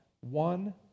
One